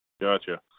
Gotcha